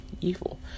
evil